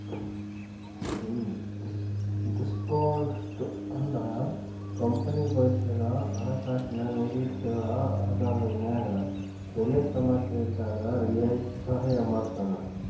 ಈ ಡಿಸ್ಕೋನ್ಟ್ ಅಂದ್ರ ಕಂಪನಿ ಭವಿಷ್ಯದ ಹಣಕಾಸಿನ ನಿರೇಕ್ಷೆಗಳ ಆಧಾರದ ಮ್ಯಾಗ ಬೆಲೆ ಸಮಸ್ಯೆಇದ್ದಾಗ್ ರಿಯಾಯಿತಿ ಸಹಾಯ ಮಾಡ್ತದ